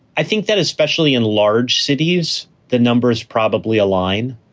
i think that especially in large cities, the numbers probably align.